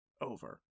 over